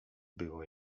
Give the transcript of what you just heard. było